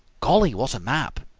golly! what a map!